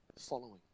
following